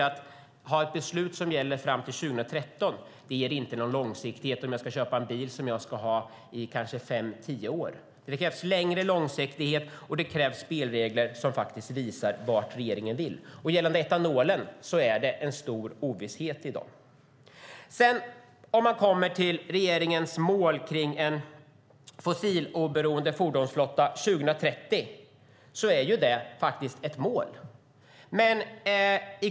Att ha ett beslut som gäller till 2013 innebär ingen långsiktighet om jag ska köpa en bil som jag kanske ska ha i fem tio år. Det krävs mer långsiktighet, och det krävs spelregler som visar vad regeringen vill. När det gäller etanol är ovissheten stor i dag. Regeringens mål om en fossiloberoende fordonsflotta 2030 är faktiskt just ett mål.